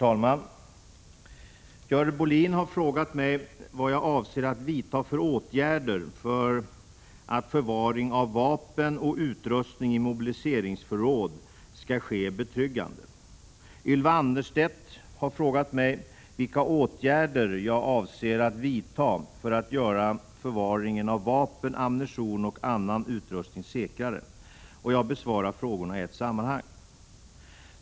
Herr talman! Görel Bohlin har frågat mig vad jag avser att vidta för åtgärder för att förvaring av vapen och utrustning i mobiliseringsförråd skall ske betryggande. Ylva Annerstedt har frågat mig vilka åtgärder jag avser att vidta för att göra förvaringen av vapen, ammunition och annan utrustning säkrare. Jag besvarar frågorna i ett sammanhang.